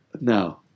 No